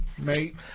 Mate